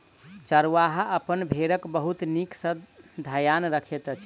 चरवाहा अपन भेड़क बहुत नीक सॅ ध्यान रखैत अछि